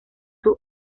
sus